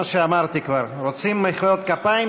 כמו שאמרתי כבר: רוצים מחיאות כפיים,